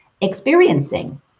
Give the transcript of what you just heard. experiencing